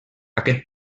aquest